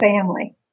family